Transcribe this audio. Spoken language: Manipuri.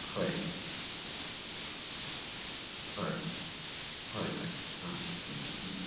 ꯍꯣꯏ ꯍꯣꯏ ꯍꯣꯏꯍꯣꯏ ꯑꯥ ꯎꯝ ꯎꯝꯎꯝ